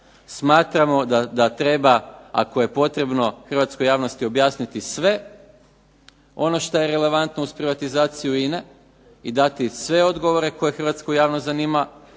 smatramo da treba ako je potrebno Hrvatskoj javnosti objasniti sve ono što je relevantno uz privatizaciju INA-e i dati sve odgovore koje Hrvatsku javnost zanima,